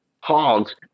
hogs